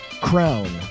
Crown